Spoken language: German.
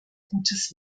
gutes